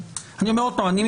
אני,